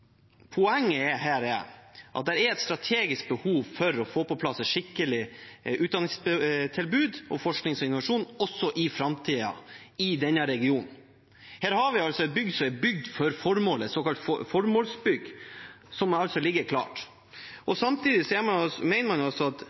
er et strategisk behov for å få på plass et skikkelig utdanningstilbud innen forskning og innovasjon også for framtiden i denne regionen. Her har vi et bygg som er bygd for formålet, et såkalt formålsbygg, som altså ligger klart. Samtidig mener man at dersom man